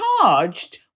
charged